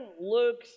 Luke